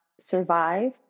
survive